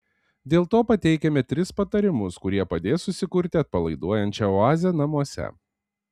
dėl to pateikiame tris patarimus kurie padės susikurti atpalaiduojančią oazę namuose